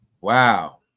Wow